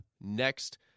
next